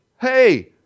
hey